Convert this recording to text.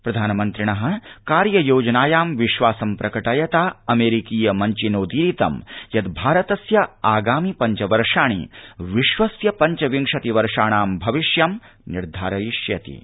प्रधानमन्त्रिण कार्य योजनायां विश्वासं प्रकटयता अमेरिकीय मव्चेनोदीरितं यत् भारतस्य आगामि पव्चवर्षाणि विश्वस्य पञ्चविंशति वर्षाणां भविष्यं निर्धारयिष्यन्ति